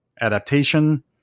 Adaptation